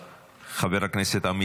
חבר הכנסת יבגני סובה.